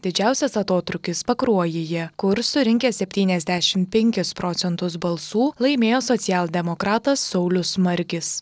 didžiausias atotrūkis pakruojyje kur surinkęs septyniasdešim penkis procentus balsų laimėjo socialdemokratas saulius margis